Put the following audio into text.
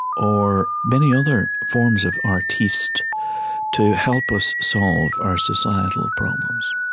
or many other forms of artiste to help us solve our societal problems